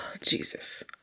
Jesus